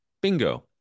Bingo